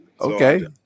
Okay